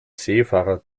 seefahrer